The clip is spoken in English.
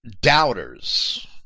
doubters